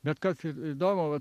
bet kas įdomu vat